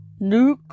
Nuke